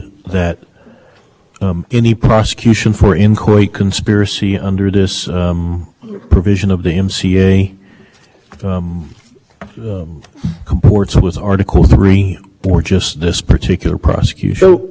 had more knowledge of the nine eleven attacks so i don't think it's our contention that he had for knowledge of the nine eleven attacks i think our contention is that he agreed to commit the list of offenses which include attacks on civilians and attacks on